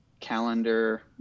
Calendar